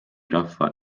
rahva